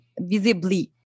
visibly